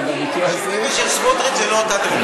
הדמוקרטיה שלי ושל סמוטריץ זה לא אותו דבר.